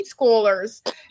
schoolers